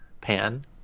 pan